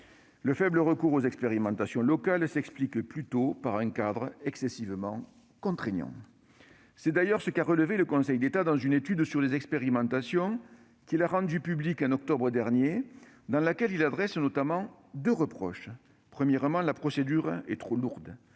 Le faible recours aux expérimentations locales s'explique plutôt par un cadre excessivement contraignant. C'est d'ailleurs ce qu'a relevé le Conseil d'État dans une étude sur les expérimentations publiée en octobre dernier, dans laquelle il formule notamment deux reproches. Premièrement, la procédure est trop lourde